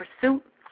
pursuit